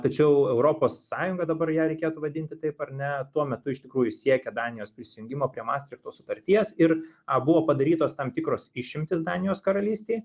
tačiau europos sąjunga dabar ją reikėtų vadinti taip ar ne tuo metu iš tikrųjų siekė danijos prisijungimo prie mastrichto sutarties ir a buvo padarytos tam tikros išimtys danijos karalystei